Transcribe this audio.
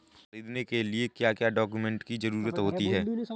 ऋण ख़रीदने के लिए क्या क्या डॉक्यूमेंट की ज़रुरत होती है?